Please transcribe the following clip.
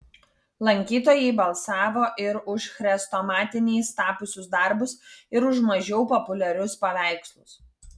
lankytojai balsavo ir už chrestomatiniais tapusius darbus ir už mažiau populiarius paveikslus